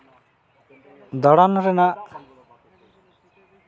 ᱫᱟᱬᱟᱱ ᱨᱮᱱᱟᱜ